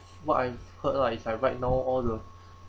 what I heard lah it's I right now all the